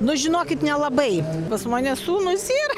nu žinokit nelabai pas mane sūnūs yra